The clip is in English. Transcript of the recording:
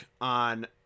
on